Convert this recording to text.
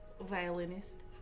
violinist